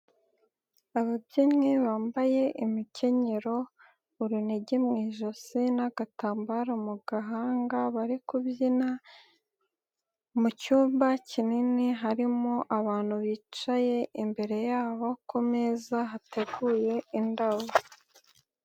Ababyinnyi bambaye imikenyero, urunigi mu ijosi n'agatambaro mu gahanga bari kubyina, mu cyumba kinini harimo abantu bicaye, imbere yabo kumeza hateguye indabo.